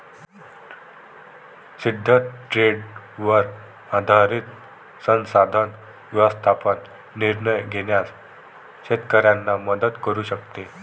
सिद्ध ट्रेंडवर आधारित संसाधन व्यवस्थापन निर्णय घेण्यास शेतकऱ्यांना मदत करू शकते